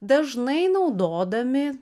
dažnai naudodami